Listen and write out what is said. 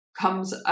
comes